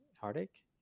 heartache